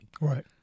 Right